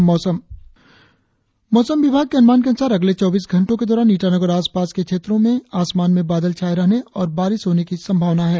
और अब मौसम मौसम विभाग के अनुमान के अनुसार अगले चौबीस घंटो के दौरान ईटानगर और आसपास के क्षेत्रो में आसमान में बादल छाये रहने और बारिश होने की संभावना है